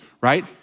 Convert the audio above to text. right